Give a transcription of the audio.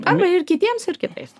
arba ir kitiems ir kitais